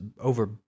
over